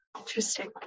Interesting